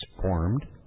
formed